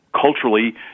culturally